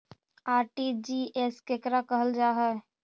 RTGS केकरा कहल जा है?